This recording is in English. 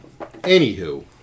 Anywho